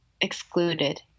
excluded